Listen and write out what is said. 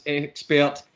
expert